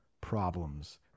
problems